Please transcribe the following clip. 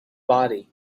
body